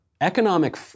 Economic